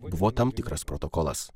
buvo tam tikras protokolas